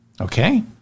Okay